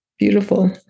Beautiful